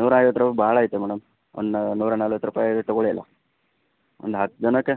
ನೂರ ಐವತ್ತು ರೂಪಾಯಿ ಭಾಳ ಆಯಿತು ಮೇಡಮ್ ಒಂದು ನೂರ ನಲವತ್ತು ರೂಪಾಯಿ ತಗೊಳ್ಳಿ ಅಲ್ವಾ ಒಂದು ಹತ್ತು ಜನಕ್ಕೆ